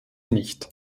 nicht